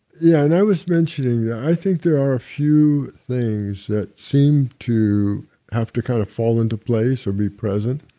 yeah, and i was mentioning, i think there are a few things that seem to have to kind of fall into place or be present,